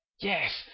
Yes